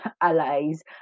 allies